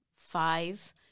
five